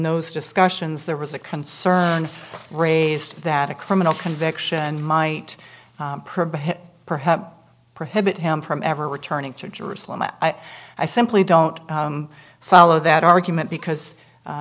those discussions there was a concern raised that a criminal conviction might perhaps prohibit him from ever returning to jerusalem and i simply don't follow that argument because